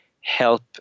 help